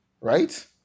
right